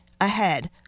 ahead